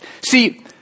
see